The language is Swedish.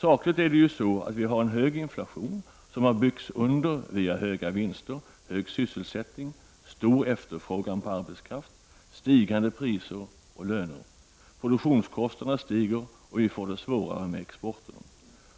Sakligt är det så att vi har en hög inflation som har underbyggts via höga vinster, hög sysselsättning, stor efterfrågan på arbetskraft och stigande priser och löner. Produktionskostnaderna stiger, och vi får det svårare med exporten.